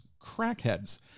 crackheads